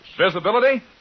Visibility